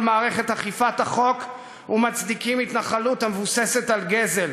מערכת אכיפת החוק ומצדיקים התנחלות המבוססת על גזל.